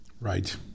Right